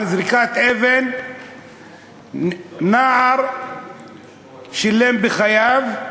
על זריקת אבן נער שילם בחייו.